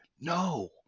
no